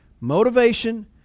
Motivation